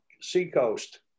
seacoast